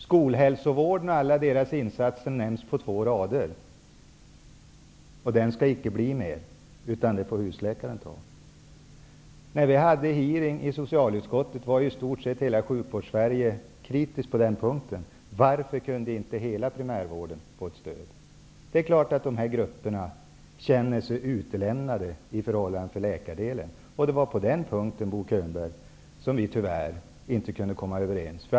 Skolhälsovården och alla dess insatser nämns på två rader. Den skall icke bli mer, utan det får husläkaren ta. När vi hade hearing i socialutskottet var i stort sett representanterna för hela Sjukvårdssverige kritiska. Varför kunde inte hela primärvården få stöd? Det är klart att dessa grupper känner sig utlämnade i förhållande till läkardelen. Det var på den punkten, Bo Könberg, som vi tyvärr inte kunde komma överens.